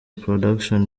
production